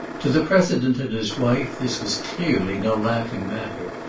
to the president and his wife this was clearly no laughing matter.